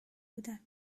بودم